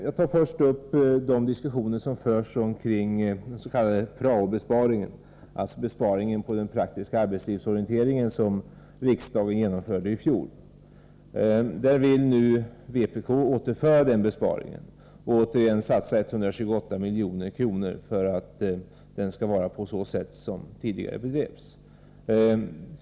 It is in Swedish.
Jag skall först ta upp de diskussioner som förs omkring den s.k. prao-besparingen, dvs. den besparing inom den praktiska arbetslivsorienteringen som riksdagen genomförde i fjol. Vpk vill återföra denna besparing och satsa 128 milj.kr. för att verksamheten skall bedrivas på samma sätt som tidigare.